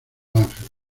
ángeles